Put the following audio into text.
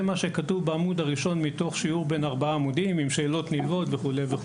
בעמוד הראשון מתוך שיעור בן ארבעה עמודים עם שאלות נלוות וכולי.